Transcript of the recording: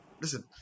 listen